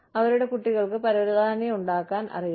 അവരുടെ കുട്ടികൾക്ക് പരവതാനി ഉണ്ടാക്കാൻ അറിയാം